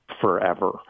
forever